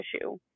issue